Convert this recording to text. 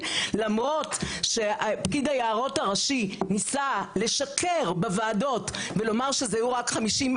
כאשר כעבור יומיים-שלושה תביאו לבית הזה את ההסדר.